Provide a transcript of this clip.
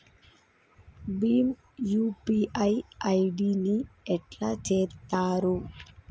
Bhim UPI ID ని ఎట్లా చేత్తరు?